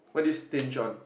what do you stinge on